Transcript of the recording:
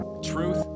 truth